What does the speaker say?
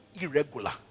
irregular